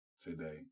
today